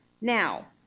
Now